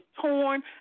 torn